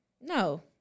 No